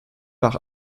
par